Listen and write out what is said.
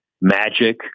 magic